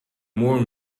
more